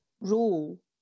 role